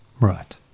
Right